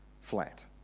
flat